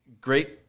great